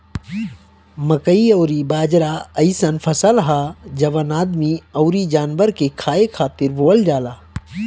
मकई अउरी बाजरा अइसन फसल हअ जवन आदमी अउरी जानवर के खाए खातिर बोअल जाला